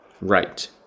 Right